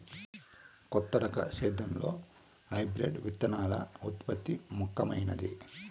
కొత్త రకం సేద్యంలో హైబ్రిడ్ విత్తనాల ఉత్పత్తి ముఖమైంది